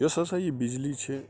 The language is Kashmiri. یۄس ہَسا یہِ بِجلی چھِ